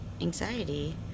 anxiety